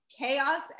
Chaos